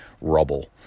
rubble